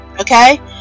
okay